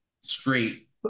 straight